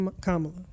Kamala